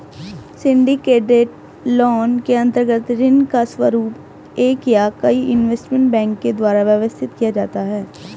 syndicated loan के अंतर्गत ऋण का स्वरूप एक या कई इन्वेस्टमेंट बैंक के द्वारा व्यवस्थित किया जाता है